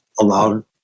allowed